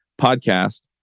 podcast